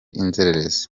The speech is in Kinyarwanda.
inzererezi